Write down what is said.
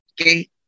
Okay